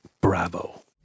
Bravo